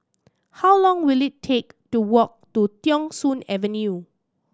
how long will it take to walk to Thong Soon Avenue